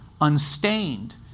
unstained